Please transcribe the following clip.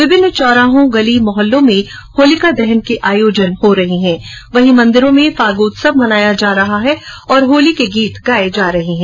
विभिन्न चौराहो गली मौहल्लों में होलिका दहन के आयोजन हो रहे हैं वहीं मंदिरों में फागोत्सव मनाया जा रहा है और होली के गीत गाये जा रहे हैं